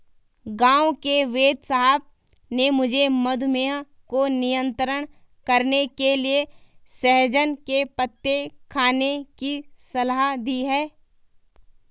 गांव के वेदसाहब ने मुझे मधुमेह को नियंत्रण करने के लिए सहजन के पत्ते खाने की सलाह दी है